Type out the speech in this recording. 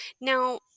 Now